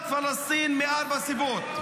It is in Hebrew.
אני תומך בהקמת מדינת פלסטין מארבע סיבות.